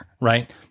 right